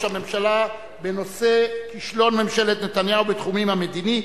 הממשלה בנושא: כישלון ממשלת נתניהו בתחום המדיני,